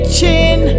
Chin